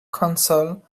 council